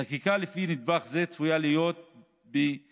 חקיקה לפי נדבך זה צפויה להיות ב-2022,